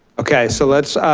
okay, so let's.